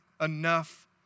enough